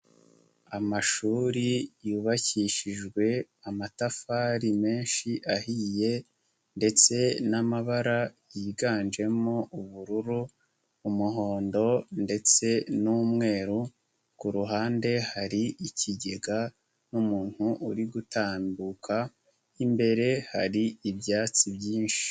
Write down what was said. Amashuri yubakishijwe amatafari menshi ahiye ndetse n'amabara yiganjemo ubururu, umuhondo ndetse n'umweru, ku ruhande hari ikigega n'umuntu uri gutambuka, imbere hari ibyatsi byinshi.